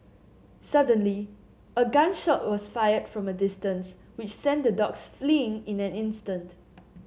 suddenly a gun shot was fired from distance which sent the dogs fleeing in an instant